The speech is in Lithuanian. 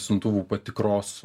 siuntuvų patikros